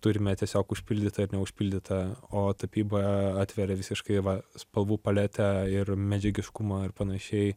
turime tiesiog užpildytą ir neužpildytą o tapyba atveria visiškai va spalvų paletę ir medžiagiškumo ir panašiai